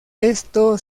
esto